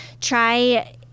try